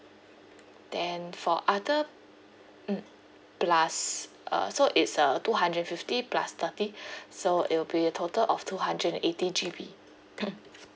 then for other mm plus uh so it's uh two hundred and fifty plus thirty so it'll be a total of two hundred and eighty G_B